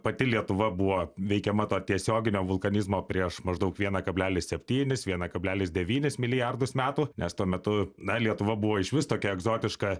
pati lietuva buvo veikiama to tiesioginio vulkanizmo prieš maždaug vieną kablelis septynis vieną kablelis devynis milijardus metų nes tuo metu na lietuva buvo išvis tokia egzotiška